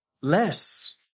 less